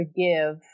forgive